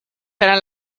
eran